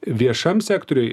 viešam sektoriui